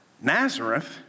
Nazareth